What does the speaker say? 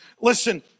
Listen